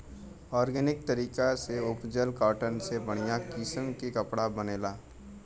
organic तरीका से उपजल कॉटन से बढ़िया किसम के कपड़ा बनेला